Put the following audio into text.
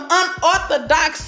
unorthodox